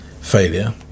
failure